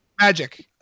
Magic